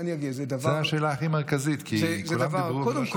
זו השאלה הכי מרכזית, כי כולם דיברו ולא שמעתי.